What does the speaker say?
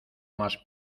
más